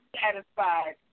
satisfied